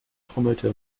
trommelte